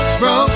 bro